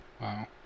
Wow